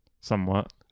Somewhat